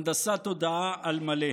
הנדסת תודעה על מלא.